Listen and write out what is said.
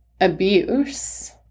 abuse